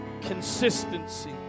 consistency